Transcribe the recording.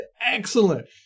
excellent